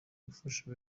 gufasha